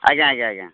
ଆଜ୍ଞା ଆଜ୍ଞା ଆଜ୍ଞା